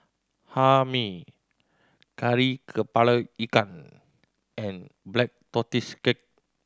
Hae Mee Kari Kepala Ikan and Black Tortoise Cake